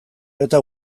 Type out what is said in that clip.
eta